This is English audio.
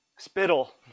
Spittle